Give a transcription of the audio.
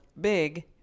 big